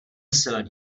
silnic